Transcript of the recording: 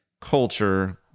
culture